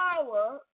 power